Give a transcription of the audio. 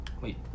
Wait